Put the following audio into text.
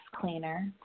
cleaner